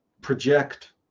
project